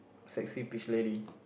sexy beach lady